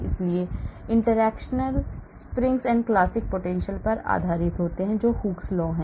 इसलिए interaction springs and classical potentials पर आधारित होते हैं जो Hooke's law हैं